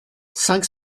cinq